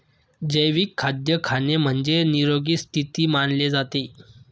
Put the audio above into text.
जैविक खाद्य खाणे म्हणजे, निरोगी स्थिती मानले जाते